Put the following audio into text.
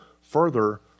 further